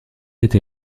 été